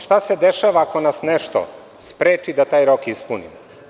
Šta se dešava ako nas nešto spreči da taj rok ispunimo?